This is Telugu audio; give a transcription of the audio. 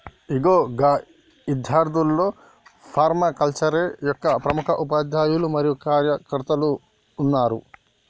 ఇగో గా ఇద్యార్థుల్లో ఫర్మాకల్చరే యొక్క ప్రముఖ ఉపాధ్యాయులు మరియు కార్యకర్తలు ఉన్నారు